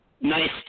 Nice